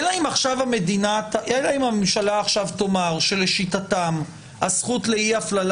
אלא אם עכשיו הממשלה תאמר שלשיטתה הזכות לאי הפללה